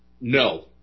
No